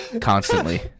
constantly